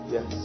Yes